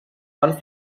van